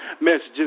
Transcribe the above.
messages